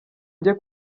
njye